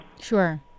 Sure